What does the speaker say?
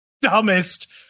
dumbest